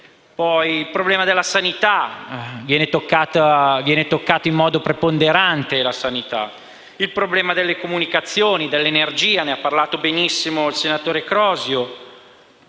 il problema della sanità, che viene toccata in modo preponderante; il problema delle comunicazioni e dell'energia, di cui ha parlato benissimo il senatore Crosio,